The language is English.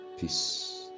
Peace